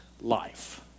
life